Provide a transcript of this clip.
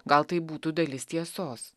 gal tai būtų dalis tiesos